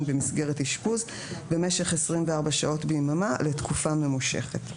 במסגרת אשפוז במשך 24 שעות ביממה לתקופה ממושכת.